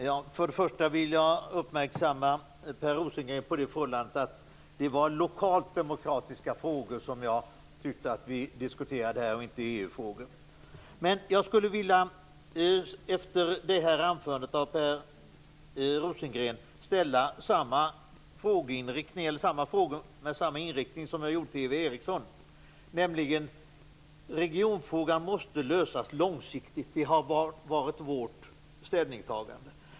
Herr talman! Först vill jag uppmärksamma Per Rosengren på det förhållandet att det var lokalt demokratiska frågor som jag tyckte att vi diskuterade här, inte EU-frågor. Efter Per Rosengrens anförande skulle jag vilja ställa frågor med samma inriktning som jag ställde till Eva Eriksson. Det första är att regionfrågan måste lösas långsiktigt. Det har varit vårt ställningstagande.